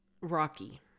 rocky